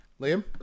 Liam